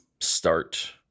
start